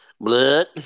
Blood